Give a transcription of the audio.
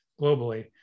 globally